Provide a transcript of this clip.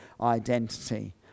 identity